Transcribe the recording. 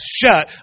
shut